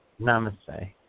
namaste